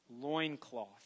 loincloth